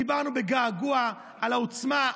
דיברנו בגעגוע על העוצמה,